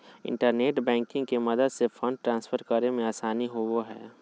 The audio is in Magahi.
इंटरनेट बैंकिंग के मदद से फंड ट्रांसफर करे मे आसानी होवो हय